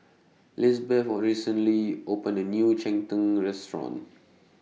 Lisbeth recently opened A New Cheng Tng Restaurant